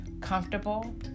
comfortable